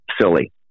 silly